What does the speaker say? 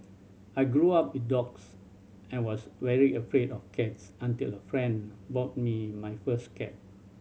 I grew up with dogs I was very afraid of cats until a friend bought me my first cat